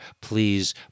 please